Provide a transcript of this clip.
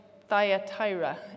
Thyatira